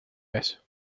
beso